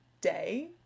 day